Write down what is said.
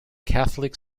catholic